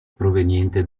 proveniente